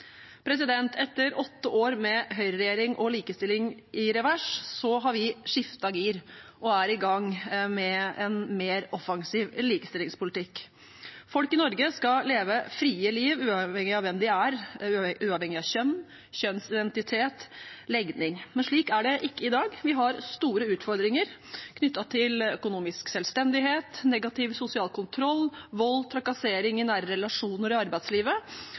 Etter åtte år med høyreregjering og likestilling i revers har vi skiftet gir og er i gang med en mer offensiv likestillingspolitikk. Folk i Norge skal leve et fritt liv uavhengig av hvem de er, uavhengig av kjønn, kjønnsidentitet eller legning. Men slik er det ikke i dag: Vi har store utfordringer knyttet til økonomisk selvstendighet, negativ sosial kontroll, vold og trakassering i nære relasjoner og i arbeidslivet,